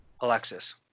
Alexis